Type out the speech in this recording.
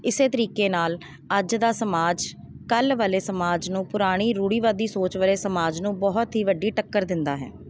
ਇਸ ਤਰੀਕੇ ਨਾਲ ਅੱਜ ਦਾ ਸਮਾਜ ਕੱਲ੍ਹ ਵਾਲੇ ਸਮਾਜ ਨੂੰ ਪੁਰਾਣੀ ਰੂੜੀਵਾਦੀ ਸੋਚ ਵਾਲੇ ਸਮਾਜ ਨੂੰ ਬਹੁਤ ਹੀ ਵੱਡੀ ਟੱਕਰ ਦਿੰਦਾ ਹੈ